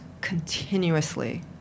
continuously